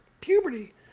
puberty